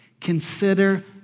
Consider